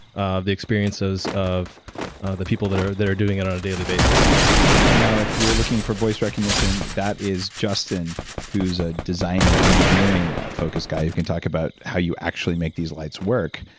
the experiences of the people that are that are doing it on a daily basis now if you're looking for voice recognition, that is justin who's a design and engineering, focus guy who can talk about how you actually make these lights work.